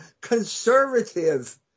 conservative